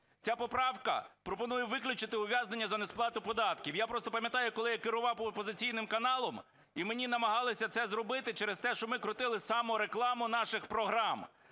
Ця поправка пропонує виключити ув'язнення за несплату податків. Я просто пам'ятаю, коли я керував опозиційним каналом, і мені намагалися це зробити через те, що ми крутили саморекламу наших програм.